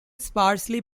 sparsely